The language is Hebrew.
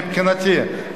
מבחינתי,